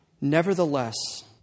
Nevertheless